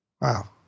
Wow